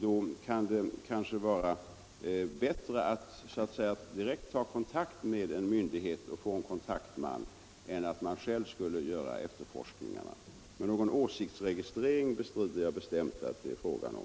Då kan det kanske vara bättre att direkt ta kontakt med en myndighet och få en kontaktman än att själv göra efterforskningar. Men någon åsiktsregistrering bestrider jag bestämt att det är fråga om.